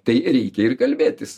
tai reikia ir kalbėtis